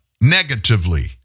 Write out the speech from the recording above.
negatively